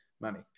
money